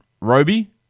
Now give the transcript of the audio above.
Roby